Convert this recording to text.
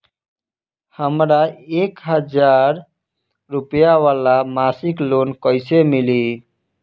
हमरा एक हज़ार रुपया वाला मासिक लोन कईसे मिली?